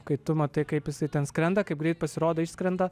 kai tu matai kaip jisai ten skrenda kaip greit pasirodo išskrenda